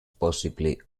possibly